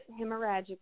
hemorrhagic